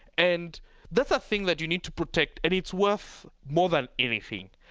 and that's a thing that you need to protect, and it's worth more than anything.